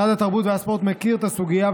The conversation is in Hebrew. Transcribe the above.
משרד התרבות והספורט מכיר את הסוגיה,